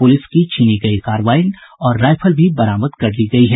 police की छीनी गयी कारबाईन और रायफल भी बरामद कर ली गयी है